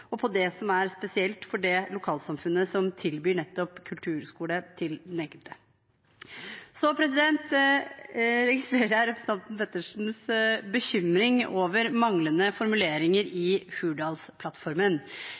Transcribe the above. og på det som er spesielt for nettopp det lokalsamfunnet som tilbyr kulturskole til den enkelte. Så registrerer jeg representanten Pettersens bekymring over manglende formuleringer